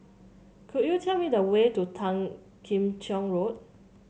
could you tell me the way to Tan Kim Cheng Road